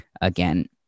again